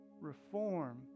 reform